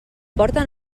porten